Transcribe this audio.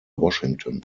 washington